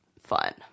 fun